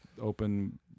open